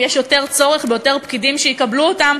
יש יותר צורך ביותר פקידים שיקבלו אותם.